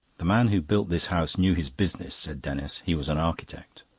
the man who built this house knew his business, said denis. he was an architect.